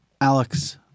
Alex